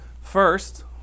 First